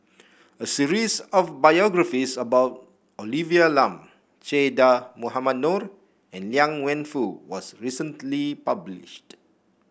a series of biographies about Olivia Lum Che Dah Mohamed Noor and Liang Wenfu was recently published